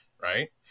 Right